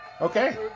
Okay